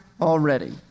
already